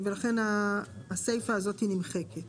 לכן הסיפה נמחקת